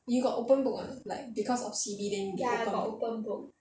you got open book or not like because of C_B then they open book